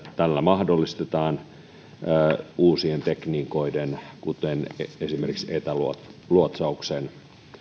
tällä mahdollistetaan uusien tekniikoiden kuten esimerkiksi etäluotsauksen